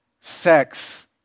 sex